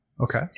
okay